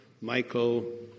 Michael